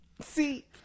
See